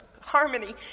harmony